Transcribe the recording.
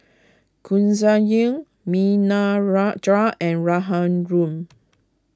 Ghanshyam and Raghuram